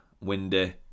windy